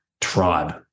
tribe